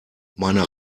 meine